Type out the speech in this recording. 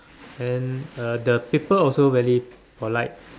and then uh the people also very polite